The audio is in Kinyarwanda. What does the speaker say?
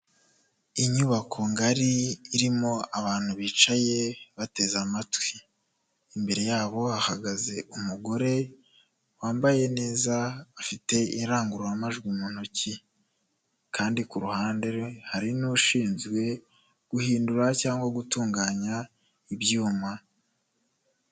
Inyubako ngari irimo abantu bicaye bateze amatwi imbere yabo bahagaze umugore wambaye neza afite indangururamajwi mu ntoki kandi kuruhande hari n'ushinzwe guhindura cyangwa gutunganya ibyuma.